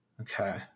Okay